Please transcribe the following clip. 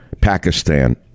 Pakistan